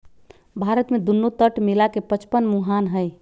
भारत में दुन्नो तट मिला के पचपन मुहान हई